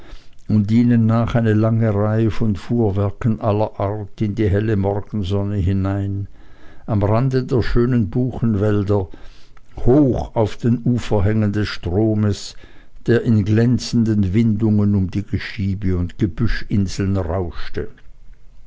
und ihnen nach eine lange reihe von fuhrwerken aller art in die helle morgensonne hinein am rande der schönen buchenwälder hoch auf den uferhängen des stromes der in glänzenden windungen um die geschiebe und gebüschinseln rauschte